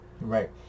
Right